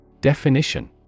Definition